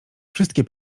wszystkie